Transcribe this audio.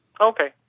Okay